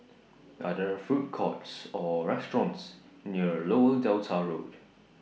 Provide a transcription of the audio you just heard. Are There Food Courts Or restaurants near Lower Delta Road